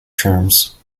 terms